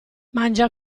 mangia